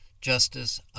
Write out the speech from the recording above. justice